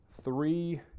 three